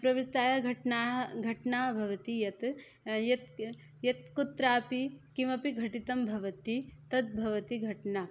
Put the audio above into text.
प्रवृत्ता घटना घटना भवति यत् यत् यत् कुत्रापि किमपि घटितं भवति तद् भवति घटना